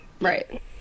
right